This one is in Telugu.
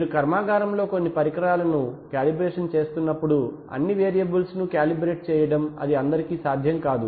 మీరు కర్మాగారంలో కొన్ని పరికరాలను కాలిబ్రేషన్ చేస్తున్నప్పుడు అన్నీ వేరియబుల్స్ ను కాలిబ్రేట్ చేయడం అది అందరికీ సాధ్యం కాదు